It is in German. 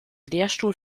lehrstuhl